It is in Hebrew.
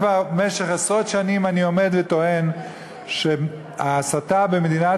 כבר עשרות שנים אני עומד וטוען שההסתה במדינת